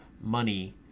money